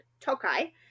Tokai